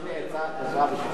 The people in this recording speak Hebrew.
יש לי עצה טובה בשבילך,